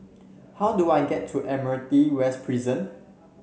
how do I get to Admiralty West Prison